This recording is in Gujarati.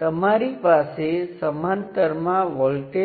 તે નીચેના મુદ્દામાં છે